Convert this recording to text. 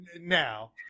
Now